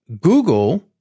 Google